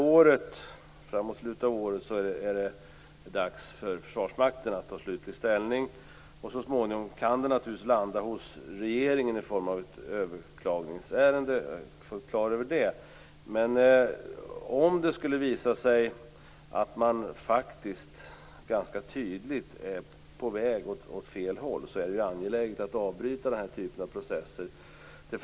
Fram emot slutet av året är det dags för Försvarsmakten att ta slutlig ställning, och så småningom kan ärendet naturligtvis hamna hos regeringen i form av ett överklagningsärende. Det är jag fullt klar över. Men om det skulle visa sig att man faktiskt ganska tydligt är på väg åt fel håll, är det angeläget att avbryta den här typen av process.